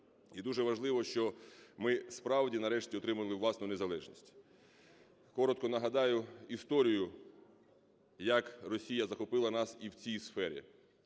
І дуже важливо, що ми справді нарешті отримали власну незалежність. Коротко нагадаю історію, як Росія захопила нас і в цій сфері.